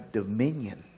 dominion